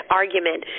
argument